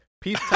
Peace